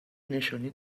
نشانی